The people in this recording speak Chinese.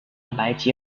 蛋白质